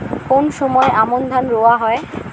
কোন সময় আমন ধান রোয়া হয়?